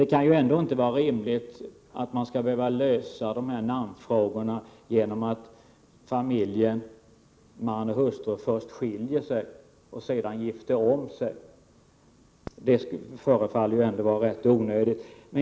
Det kan ju ändå inte vara rimligt att en namnfråga skall behöva lösas genom att man och hustru först skiljer sig och sedan gifter om sig. Det förefaller vara rätt onödigt.